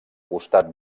costat